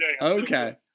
Okay